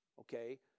okay